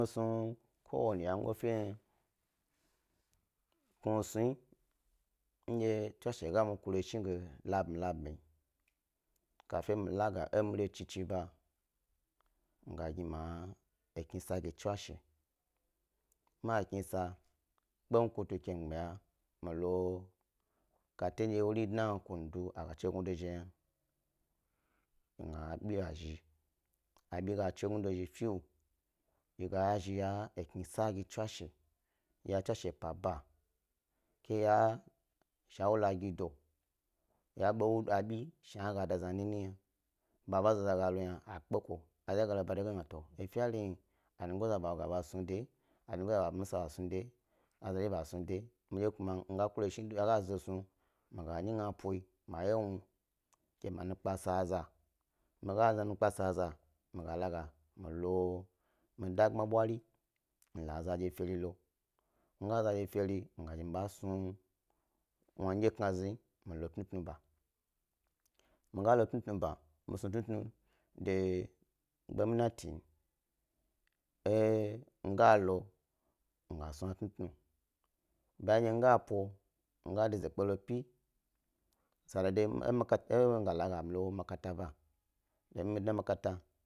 Mi snu ndye ko wani wyego fe hnayi knugyi ndye tswashe ga mi kure shni ge labmi labmi kafi mi la ga emi re chichi ba mi gni ma eknisa ga mi tswashe kpam kutu ke mi tswashe kpam kutu ke mi gnaya mi lo kate ndye wori dna kudu aga cha gnudo zhilo yna mi gna abi ba zhi abi ga chi gnudo zhi fewo yi ga yazhi ya eknisa gi tswashe, ya tswashe epa ba ke ya shawala gi do ya abo wu abi shna a ga dozhi nini yna baba zaza ga lo yna ge a kpeko, a zazagaga lo ba de ge nu a gna to efe a ri hni anyigoza ɓa woga bas nu de, amisa ɓa snu de a za de bas nu de, mi dye do kuma mi ga kuri shni mi ga nyi pnyi mi wye wnu ke ma nukpe saza mi mlkpe sa eza mi ga la milo mi ɗagbma bwari mi la aza dye fere lo, mi ga la aza dye feri mi gazhi mi bas nu, wnu midye kna zni milo tnu tnu ba, mi ga lo tnu tnu ba mi snu tnu tnu de gbaminati e mi ga to mi gas nu wnu tnutnu bayan ndye mi gap o miga dezkpe lo pi, sa dodo mi ga la mi lo makata domin mi dna e makata.